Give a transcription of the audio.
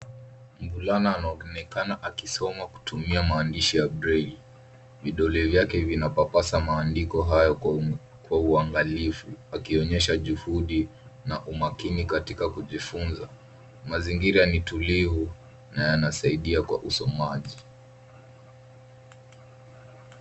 Mvulana anayeonekana akisoma kwa kutumia maandishi ya breli. Vidole vyake vinapapasa maandishi hayo kwa uangalifu. Anaonyesha juhudi na umakini katika kujifunza. Mazingira ni tulivu na yanasaidia kwa usomaji.